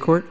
court